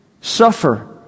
suffer